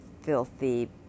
filthy